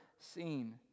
seen